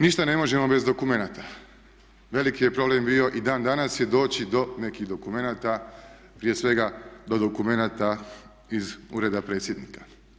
Ništa ne možemo bez dokumenata, veliki je problem i dan danas je doći do nekih dokumenata prije svega do dokumenata iz ureda predsjednika.